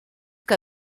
que